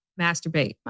Masturbate